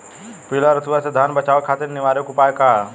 पीला रतुआ से धान बचावे खातिर निवारक उपाय का ह?